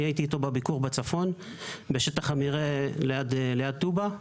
הייתי איתו בביקור בצפון, בשטח המרעה ליד טובא.